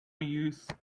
use